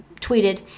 tweeted